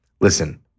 Listen